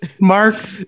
Mark